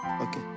Okay